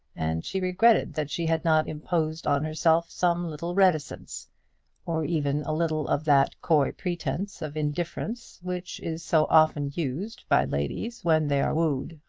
and she regretted that she had not imposed on herself some little reticence or even a little of that coy pretence of indifference which is so often used by ladies when they are wooed.